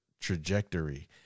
trajectory